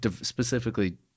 specifically